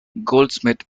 goldsmith